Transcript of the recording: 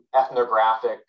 ethnographic